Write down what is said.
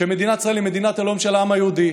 שמדינת ישראל היא מדינת הלאום של העם היהודי,